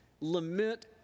Lament